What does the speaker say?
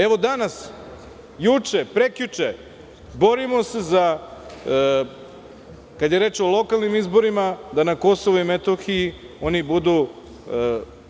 Evo danas, juče, prekjuče, borimo se, kada je o lokalnim izborima, da na KiM oni budu,